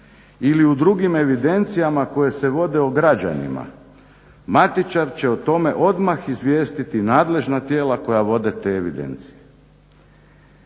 ili u drugim evidencijama koje se vode o građanima matičar će o tome odmah izvijestiti nadležna tijela koja vode te evidencije".